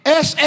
es